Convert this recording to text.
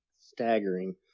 staggering